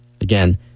Again